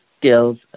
skills